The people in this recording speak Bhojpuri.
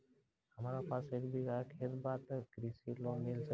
हमरा पास एक बिगहा खेत बा त कृषि लोन मिल सकेला?